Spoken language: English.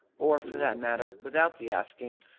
or, for that matter, without the asking.